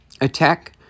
attack